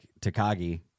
Takagi